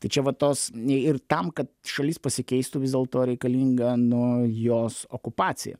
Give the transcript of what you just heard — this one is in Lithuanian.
tai čia vatos nei ir tam kad šalis pasikeistų vis dėlto reikalinga nu jos okupacija